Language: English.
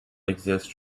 exists